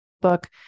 book